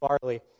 barley